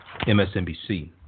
MSNBC